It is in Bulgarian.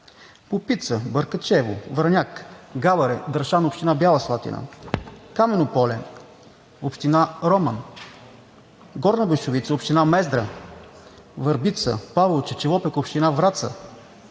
Попица, Бъркачево, Враняк, Габаре, Драшан – община Бяла Слатина, Камено поле – община Роман, Горна Бешовица – община Мездра, Върбица, Паволче, Челопек – община Враца,